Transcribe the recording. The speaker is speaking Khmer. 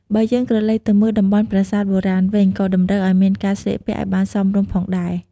បើយើងក្រឡេកទៅមើលតំបន់ប្រាសាទបុរាណវិញក៏តម្រូវឲ្យមានកាស្លៀកពាក់ឲ្យបានសមរម្យផងដែរ។